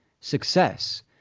success